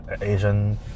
Asian